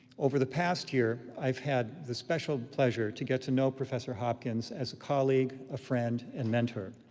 over the past year, i've had the special pleasure to get to know professor hopkins as a colleague, a friend, and mentor.